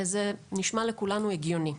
וזה נשמע לכולנו הגיוני.